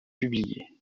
publié